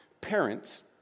Parents